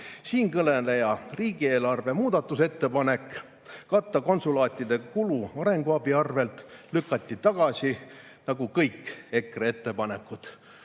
Siinkõneleja riigieelarve muutmise ettepanek katta konsulaatide kulu arenguabi arvel lükati tagasi nagu kõik EKRE ettepanekud. Palun